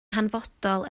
hanfodol